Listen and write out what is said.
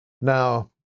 Now